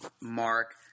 mark